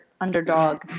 underdog